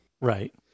Right